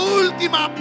última